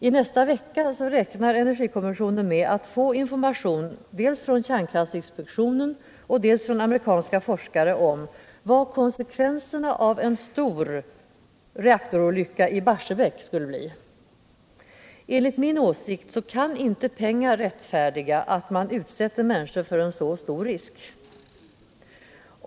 I nästa vecka räknar energikommissionen med att få information dels från kärnkraftsinspektionen, dels från amerikanska forskare om vad konsekvenserna skulle bli vid en stor reaktorolycka i Barsebäck. Enligt min åsikt kan inte pengar rättfärdiga att man utsätter människor för en så stor risk.